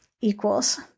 equals